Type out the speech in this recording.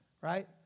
right